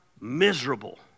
miserable